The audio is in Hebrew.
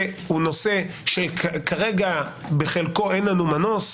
נושא שבחלקו אין לנו מנוס,